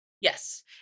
Yes